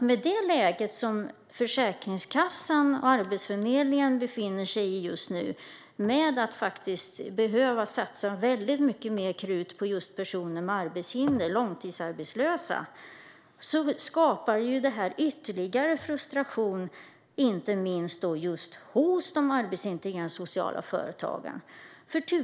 Med det läge som Försäkringskassan och Arbetsförmedlingen befinner sig i, där man måste lägga mycket mer krut på personer med arbetshinder och långtidsarbetslösa, skapar detta ytterligare frustration, inte minst hos de arbetsintegrerande sociala företagen.